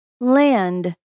land